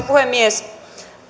puhemies